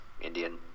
Indian